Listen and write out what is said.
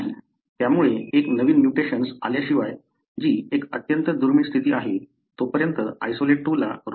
त्यामुळे एक नवीन म्युटेशन्स आल्याशिवाय जी एक अत्यंत दुर्मिळ स्थिती आहे तोपर्यंत आयसोलेट 2 ला रोग होणार नाही